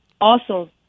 awesome